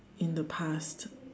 in the past